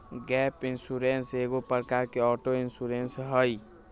gap insurance एगो प्रकार के ऑटो इंश्योरेंस हइ